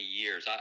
years